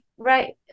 Right